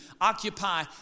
Occupy